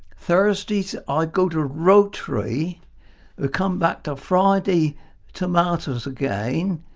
thursdays i go to rotary. we'll come back to friday tomatoes again.